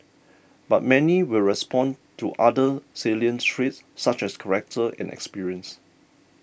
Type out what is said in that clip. but many will respond to other salient traits such as character and experience